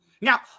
Now